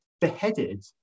beheaded